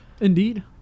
Indeed